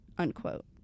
unquote